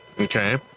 Okay